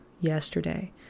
yesterday